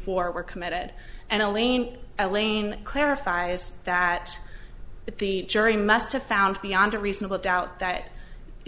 four were committed and elaine elaine clarifies that the jury must have found beyond a reasonable doubt that